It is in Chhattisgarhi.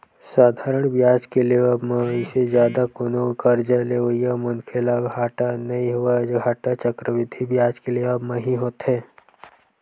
साधारन बियाज के लेवब म अइसे जादा कोनो करजा लेवइया मनखे ल घाटा नइ होवय, घाटा चक्रबृद्धि बियाज के लेवब म ही होथे